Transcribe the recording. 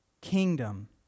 kingdom